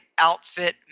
outfit